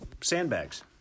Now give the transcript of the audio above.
sandbags